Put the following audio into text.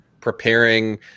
preparing